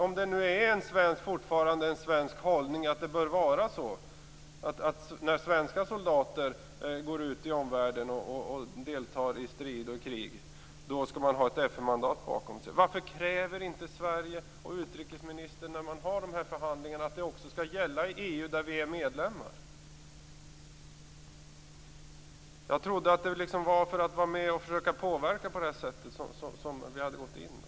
Om det fortfarande är en svensk hållning att svenska soldater när de går ut i omvärlden och deltar i strid och krig skall ha ett FN-mandat bakom sig, varför kräver inte Sverige och utrikesministern när man har de här förhandlingarna att det också skall gälla i EU, där vi är medlemmar? Jag trodde att det var för att vara med och försöka påverka på det sättet som vi hade gått in i EU.